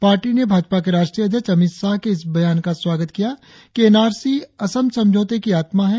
party ने भाजपा के राष्ट्रीय अध्यक्ष अमित शाह के इस बयान का स्वागत किया कि एन आर सी असम समझौते की आत्मा है